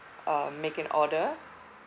uh make an order